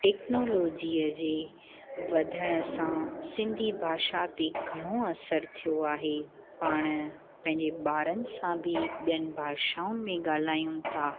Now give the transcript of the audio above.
टेक्नोलॉजीअ जे वधण सां सिंधी भाषा ते घणो असरु थियो आहे पाणि पंहिंजे ॿारनि सां बि ॿियनि भाषाऊं में ॻाल्हायूं था